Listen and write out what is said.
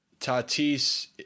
Tatis